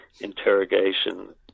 interrogation